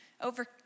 over